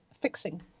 fixing